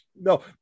No